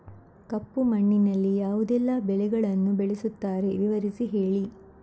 ಕಪ್ಪು ಮಣ್ಣಿನಲ್ಲಿ ಯಾವುದೆಲ್ಲ ಬೆಳೆಗಳನ್ನು ಬೆಳೆಸುತ್ತಾರೆ ವಿವರಿಸಿ ಹೇಳಿ